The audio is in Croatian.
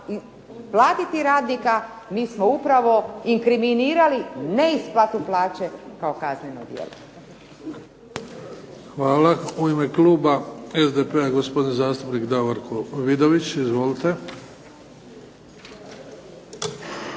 platiti radnika mi smo upravo inkriminirali neisplatu plaće kao kazneno djelo. **Bebić, Luka (HDZ)** Hvala. U ime kluba SDP-a, gospodin zastupnik Davorko Vidović. Izvolite.